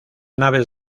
naves